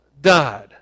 died